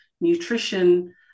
nutrition